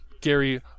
Gary